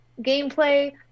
gameplay